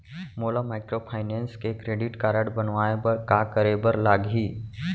मोला माइक्रोफाइनेंस के credit card बनवाए बर का करे बर लागही?